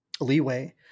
leeway